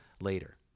later